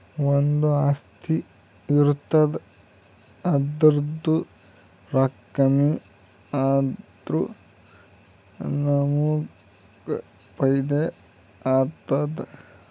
ಒಂದು ಆಸ್ತಿ ಇರ್ತುದ್ ಅದುರ್ದೂ ರೊಕ್ಕಾ ಕಮ್ಮಿ ಆದುರ ನಮ್ಮೂಗ್ ಫೈದಾ ಆತ್ತುದ